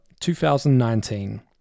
2019